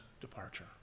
departure